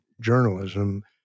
journalism